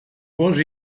gos